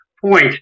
point